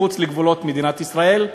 מחוץ לגבולות מדינת ישראל,